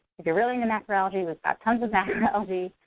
if you're really into macroalgae, we've got tons of macroalgae